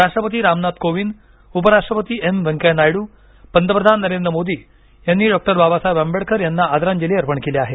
राष्ट्रपती रामनाथ कोविंद उपराष्ट्रपती एम व्यंकय्या नायडू पंतप्रधान नरेंद्र मोदी यांनी डॉ बाबासाहेब आंबेडकर यांना आदरांजली अर्पण केली आहे